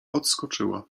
odskoczyła